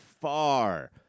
far